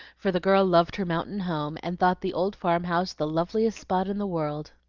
for the girl loved her mountain home, and thought the old farm-house the loveliest spot in the world.